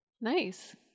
Nice